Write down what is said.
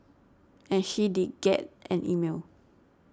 and she did get an email